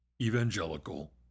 evangelical